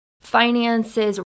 finances